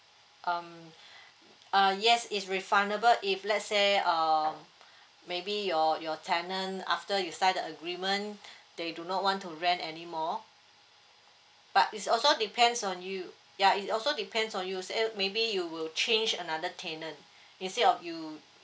um uh yes it's refundable if let's say uh maybe your your tenant after you sign the agreement they do not want to rent anymore but it's also depends on you yeah it also depends on you say maybe you will change another tenant instead of you